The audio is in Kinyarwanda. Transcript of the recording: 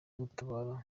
gutabara